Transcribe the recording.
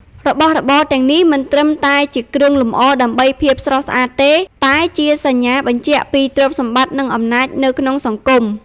របស់របរទាំងនេះមិនត្រឹមតែជាគ្រឿងលម្អដើម្បីភាពស្រស់ស្អាតទេ តែជាសញ្ញាបញ្ជាក់ពី ទ្រព្យសម្បត្តិ និងអំណាច នៅក្នុងសង្គម។